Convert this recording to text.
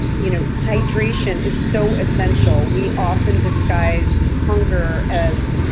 and you know hydration is so essential. we often disguise hunger as,